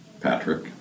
Patrick